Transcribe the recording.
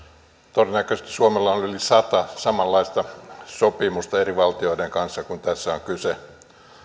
todennäköisesti suomella on yli sata samanlaista sopimusta eri valtioiden kanssa kuin tässä on kyse